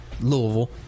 Louisville